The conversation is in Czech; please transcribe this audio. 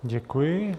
Děkuji.